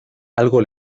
algo